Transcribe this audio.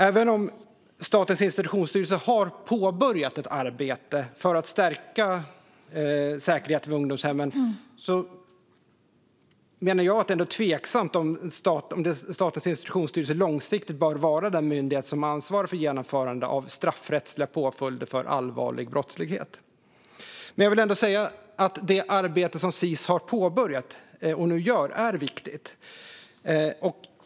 Även om Statens institutionsstyrelse har påbörjat ett arbete för att stärka säkerheten vid ungdomshemmen menar jag att det ändå är tveksamt om Statens institutionsstyrelse långsiktigt bör vara den myndighet som ansvarar för genomförande av straffrättsliga påföljder för allvarlig brottslighet. Jag vill ändå säga att det arbete som Sis nu har påbörjat är viktigt.